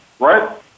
Right